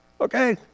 Okay